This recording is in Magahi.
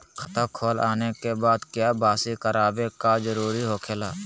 खाता खोल आने के बाद क्या बासी करावे का जरूरी हो खेला?